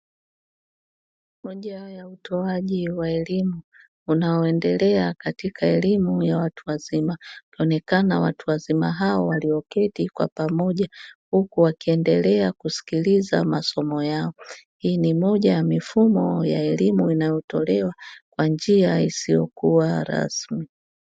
Moja ya utoaji wa elimu unaoendelea katika elimu ya watu wazima wakionekana watu wazima hao walioketi kwa pamoja huku wakiendelea kuskilza masimo yao, hii ni moja ya mifumo ya elimu inayotolewa kwa njia isiyokuwa rasmi.